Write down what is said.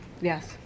Yes